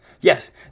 Yes